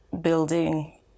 building